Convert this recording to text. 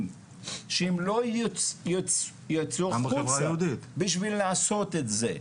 שהם לא יצאו החוצה בשביל לעשות את זה.